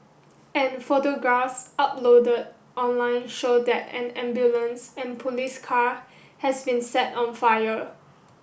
and photographs upload online show that an ambulance and police car has been set on fire